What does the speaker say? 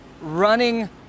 running